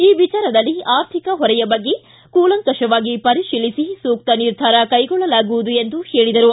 ಈ ವಿಚಾರದಲ್ಲಿ ಆರ್ಥಿಕ ಹೊರೆಯ ಬಗ್ಗೆ ಕೂಲಂಕಶವಾಗಿ ಪರಿಶೀಲಿಸಿ ಸೂಕ್ತ ನಿರ್ಧಾರ ಕೈಗೊಳ್ಳಲಾಗುವುದು ಎಂದು ಹೇಳಿದರು